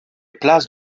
place